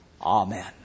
Amen